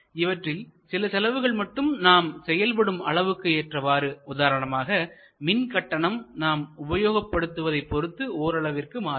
இவற்றில் சில செலவுகள் மட்டும் நாம் செயல்படும் அளவுக்கு ஏற்றவாறு உதாரணமாக மின்கட்டணம் நாம் உபயோகப்படுத்துவதை பொருத்து ஓரளவிற்கு மாறும்